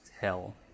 hell